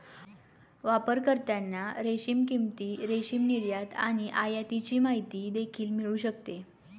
वापरकर्त्यांना रेशीम किंमती, रेशीम निर्यात आणि आयातीची माहिती देखील मिळू शकते